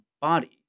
body